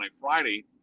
Friday